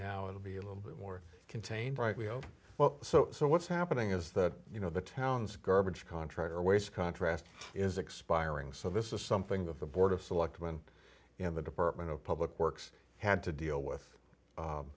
now it would be a little bit more contained right wheel well so what's happening is that you know the towns garbage contractor waste contrast is expiring so this is something that the board of selectmen and the department of public works had to deal with